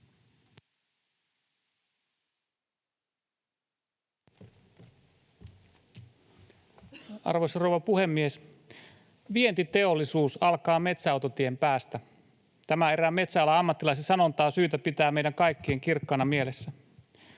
Arvoisa rouva puhemies! ”Vientiteollisuus alkaa metsäautotien päästä.” Tämä erään metsäalan ammattilaisen sanonta on syytä pitää meidän kaikkien kirkkaana mielessä.